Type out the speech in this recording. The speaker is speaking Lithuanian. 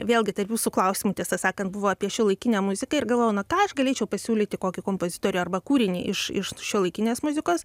vėlgi tarp jūsų klausimų tiesą sakant buvo apie šiuolaikinę muziką ir galvojau na ką aš galėčiau pasiūlyti kokį kompozitorių arba kūrinį iš iš šiuolaikinės muzikos